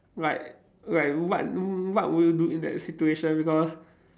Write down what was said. like like what what would you do in that situation because